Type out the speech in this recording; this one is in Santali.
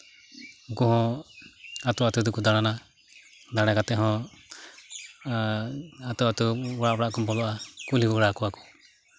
ᱩᱱᱠᱩ ᱦᱚᱸ ᱟᱹᱛᱩ ᱟᱹᱛᱩ ᱛᱮᱠᱚ ᱫᱟᱬᱟᱱᱟ ᱫᱟᱬᱟ ᱠᱟᱛᱮᱫ ᱦᱚᱸ ᱟᱹᱛᱩ ᱟᱹᱛᱩ ᱚᱲᱟᱜ ᱚᱲᱟᱜ ᱠᱚ ᱵᱚᱞᱚᱜᱼᱟ ᱠᱩᱞᱤ ᱵᱟᱲᱟ ᱠᱚᱣᱟ ᱠᱚ